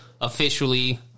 officially